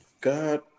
God